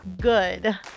good